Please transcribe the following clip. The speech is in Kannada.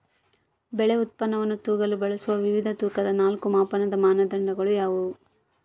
ಬೆಳೆ ಉತ್ಪನ್ನವನ್ನು ತೂಗಲು ಬಳಸುವ ವಿವಿಧ ತೂಕದ ನಾಲ್ಕು ಮಾಪನದ ಮಾನದಂಡಗಳು ಯಾವುವು?